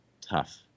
tough